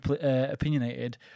opinionated